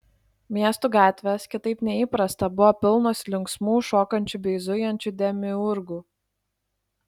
miestų gatvės kitaip nei įprasta buvo pilnos linksmų šokančių bei zujančių demiurgų